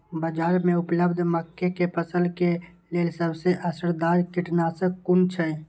बाज़ार में उपलब्ध मके के फसल के लेल सबसे असरदार कीटनाशक कुन छै?